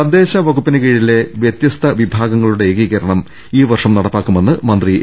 തദ്ദേശ വകുപ്പിന് കീഴിലെ വ്യത്യസ്ത വിഭാഗങ്ങളുടെ ഏകീകരണം ഈ വർഷം നടപ്പാക്കുമെന്ന് മന്ത്രി എ